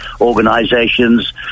organizations